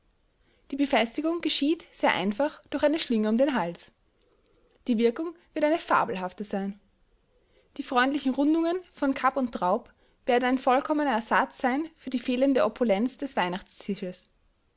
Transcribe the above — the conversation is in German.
die befestigung geschieht sehr einfach durch eine schlinge um den hals die wirkung wird eine fabelhafte sein die freundlichen rundungen von kapp und traub werden ein vollkommener ersatz sein für die fehlende opulenz des